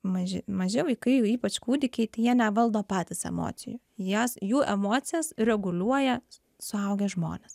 maži maži vaikai o ypač kūdikiai tai jie nevaldo patys emocijų jas jų emocijas reguliuoja suaugę žmonės